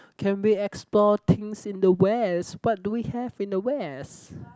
can we explore things in the west what do we have in the west